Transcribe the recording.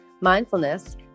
mindfulness